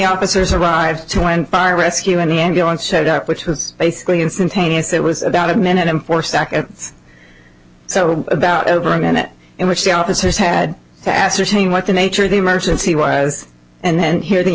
officers arrived to and fire rescue and the ambulance showed up which was basically instantaneous it was about a minute and four seconds so about over a minute in which the officers had to ascertain what the nature of the emergency was and then hear the